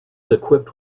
equipped